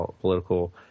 political